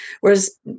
Whereas